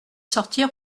sortir